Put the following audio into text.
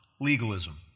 legalism